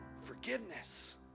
Forgiveness